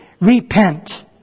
Repent